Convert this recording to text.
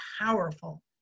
powerful